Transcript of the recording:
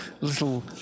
little